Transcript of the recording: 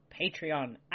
patreon